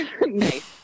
Nice